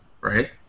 right